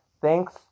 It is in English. Thanks